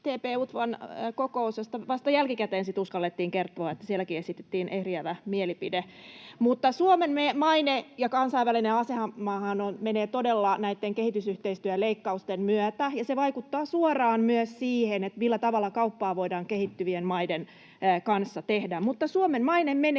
TP-UTVAn kokous, josta vasta sitten jälkikäteen uskallettiin kertoa, että sielläkin esitettiin eriävä mielipide. Suomeltahan menee maine ja kansainvälinen asema todella näitten kehitysyhteistyöleikkausten myötä, ja se vaikuttaa suoraan myös siihen, millä tavalla kauppaa voidaan kehittyvien maiden kanssa tehdä. Mutta Suomen maine menee